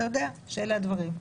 יודע שאלה הדברים.